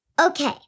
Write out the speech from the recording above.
Okay